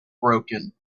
broken